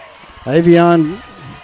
Avion